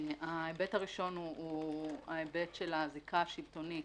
ההיבט הראשון הוא ההיבט של הזיקה השלטונית